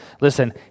Listen